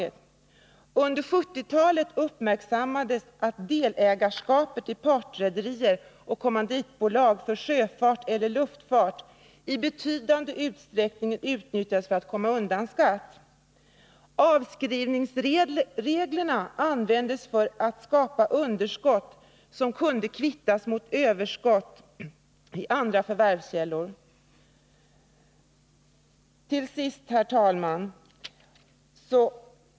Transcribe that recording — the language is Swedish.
Under 1970-talet uppmärksammades att delägarskap i partrederier och kommanditbolag för sjöfart eller luftfart i betydande utsträckning utnyttjades för att komma undan skatt. Avskrivningsreglerna användes för att skapa underskott som kunde kvittas mot överskott i andra förvärvskällor. Herr talman!